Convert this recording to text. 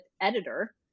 editor